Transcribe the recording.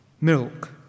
milk